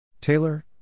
Taylor